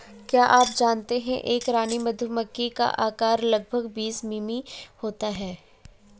क्या आप जानते है एक रानी मधुमक्खी का आकार लगभग बीस मिमी होता है?